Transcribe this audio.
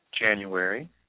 January